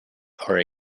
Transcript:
are